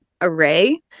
array